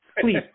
please